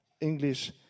English